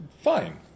fine